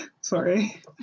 Sorry